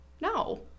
no